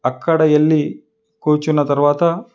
అక్కడ వెల్లి కూర్చున్న తర్వాత